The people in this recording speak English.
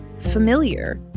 familiar